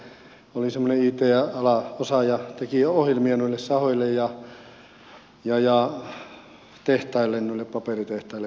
hän oli semmoinen it alan osaaja teki ohjelmia sahoille ja tehtaille paperitehtaille ja muualle